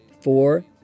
four